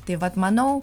tai vat manau